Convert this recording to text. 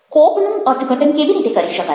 કોક નું અર્થઘટન કેવી રીતે કરી શકાય